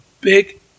big